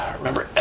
remember